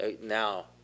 now